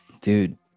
Dude